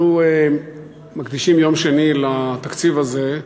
אנחנו מקדישים יום שני לתקציב הזה,